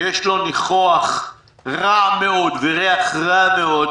שיש לו ניחוח רע מאוד וריח רע מאוד,